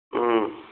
ꯎꯝ